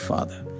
Father